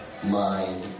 Mind